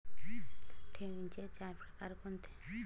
ठेवींचे चार प्रकार कोणते?